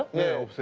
know.